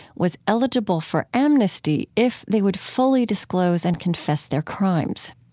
was eligible for amnesty if they would fully disclose and confess their crimes.